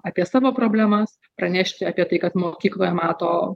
apie savo problemas pranešti apie tai kad mokykloje mato